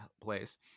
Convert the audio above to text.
place